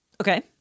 Okay